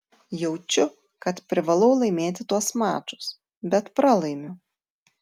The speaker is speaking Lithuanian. jaučiu kad privalau laimėti tuos mačus bet pralaimiu